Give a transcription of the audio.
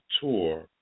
tour